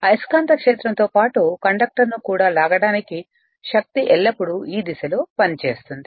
అయస్కాంత క్షేత్రంతో పాటు కండక్టర్ ను లాగడానికి శక్తి ఎల్లప్పుడూ ఈ దిశలో పనిచేస్తుంది